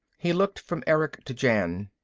he looked from erick to jan.